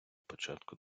початку